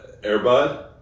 Airbud